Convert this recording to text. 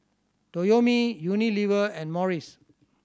Toyomi Unilever and Morries